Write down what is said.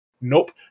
nope